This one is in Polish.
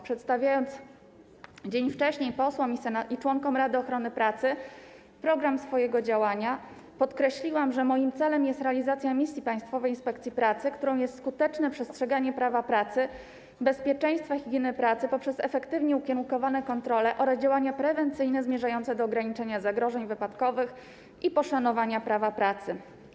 Przedstawiając dzień wcześniej posłom i członkom Rady Ochrony Pracy program swojego działania, podkreśliłam, że moim celem jest realizacja misji Państwowej Inspekcji Pracy, którą jest skuteczne przestrzeganie prawa pracy, bezpieczeństwa i higieny pracy poprzez efektywnie ukierunkowane kontrole oraz działania prewencyjne zmierzające do ograniczenia zagrożeń wypadkowych i poszanowania prawa pracy.